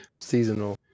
seasonal